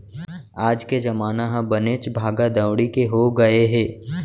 आज के जमाना ह बनेच भागा दउड़ी के हो गए हे